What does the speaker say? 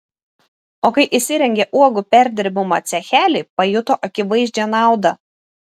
o kai įsirengė uogų perdirbimo cechelį pajuto akivaizdžią naudą